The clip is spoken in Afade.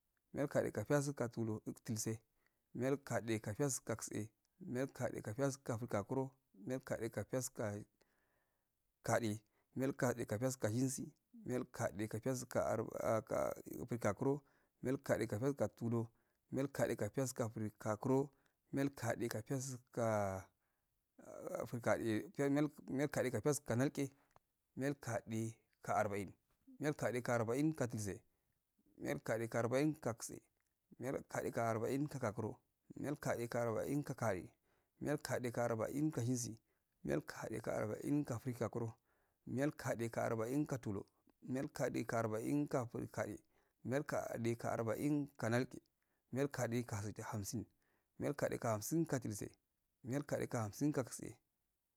Nal kade ka piyasku go tulur, uf tuftse ndal kade piyasku gatse, ndal katse piyasku go frigakuro, ndal katse ka piyastin go gade, nadal kutse ka piyaske ga shensi, ndal ka piyashn go gakuro, ndal katch ka piyaskn go tulur, ndal katse ka piyasku go frigaluero, ndal katse kla piyasku go nalge, ndal katse ka arbalin, ndal kutse ka arbaain go dultse, hdal katse ka arba'n go gatse, ndal katse ka arba’ in go ka kakuro. ndal katse ka arbə in ko gade, ndal katse ka arba'in go shensi, nduul katse ka arba'in go frigakuro, ndal katse ka arba'in go tulur, ndal katse ka orbain go frigade ndal, kise ka orbain go nalge, ndal katse ka hamisin, nal katse ka hamsin go dultse, ndal katse ka hamsin ga gatse.